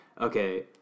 okay